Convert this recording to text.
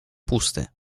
pusty